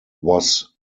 was